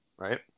Right